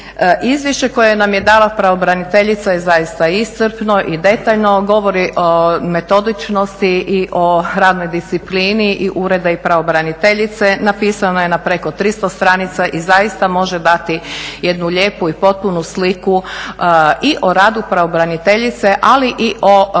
Izvješće koje nam je dala pravobraniteljica je zaista iscrpno i detaljno, govori o metodičnosti i o radnoj disciplini i ureda i pravobraniteljice. Napisano je na preko 300 stranica i zaista može dati jednu lijepu i potpunu sliku i o radu pravobraniteljice ali i o